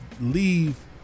leave